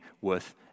worth